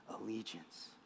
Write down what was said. allegiance